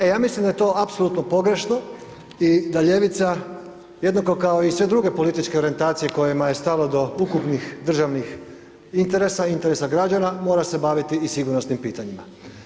E, ja mislim da je to apsolutno pogrešno i da ljevica jednako kao i sve druge političke orijentacije kojima je stalo do ukupnih državnih interesa, interesa građana, mora se baviti i sigurnosnim pitanjima.